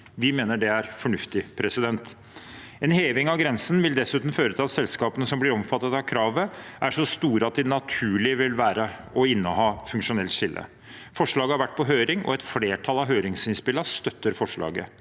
Vi mener det er fornuftig. En heving av grensen vil dessuten føre til at selskapene som blir omfattet av kravet, er så store at det vil være naturlig for dem å inneha funksjonelt skille. Forslaget har vært på høring, og et flertall av høringsinnspillene støtter forslaget.